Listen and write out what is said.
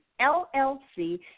LLC